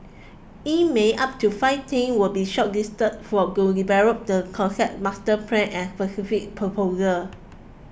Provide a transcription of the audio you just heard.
in May up to five team will be shortlisted develop the concept master plan and specific proposal